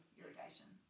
irrigation